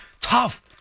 tough –